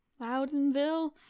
Loudonville